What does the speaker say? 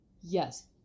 Yes